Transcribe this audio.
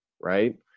right